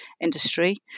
industry